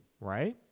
right